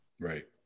Right